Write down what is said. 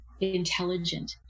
intelligent